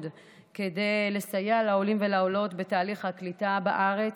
כדי לסייע לעולים ולעולות בתהליך הקליטה בארץ,